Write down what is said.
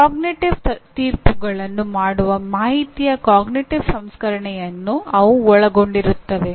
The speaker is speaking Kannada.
ಅರಿವಿನ ತೀರ್ಪುಗಳನ್ನು ಮಾಡುವ ಮಾಹಿತಿಯ ಅರಿವಿನ ಸಂಸ್ಕರಣೆಯನ್ನು ಅವು ಒಳಗೊಂಡಿರುತ್ತವೆ